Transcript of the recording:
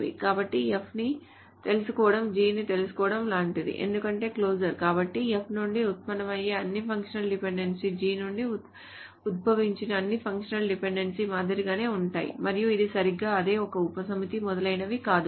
కాబట్టి F ని తెలుసుకోవడం G ని తెలుసుకోవడం లాంటిది ఎందుకంటే క్లోజర్ కాబట్టి F నుండి ఉత్పన్నమయ్యే అన్ని ఫంక్షనల్ డిపెండెన్సీలు G నుండి ఉద్భవించిన అన్ని ఫంక్షనల్ డిపెండెన్సీల మాదిరిగానే ఉంటాయి మరియు ఇది సరిగ్గా అదే ఒక ఉపసమితి మొదలైనవి కాదు